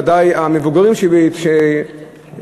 ודאי המבוגרים שאצלנו,